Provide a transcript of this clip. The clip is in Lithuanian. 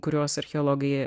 kuriuos archeologai